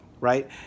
right